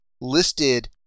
listed